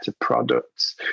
products